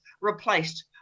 replaced